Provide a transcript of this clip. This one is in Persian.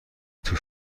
توی